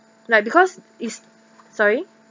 like because is sorry